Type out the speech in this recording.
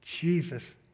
Jesus